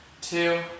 two